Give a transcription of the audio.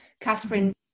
Catherine